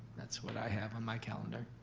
that's what i have on my calendar,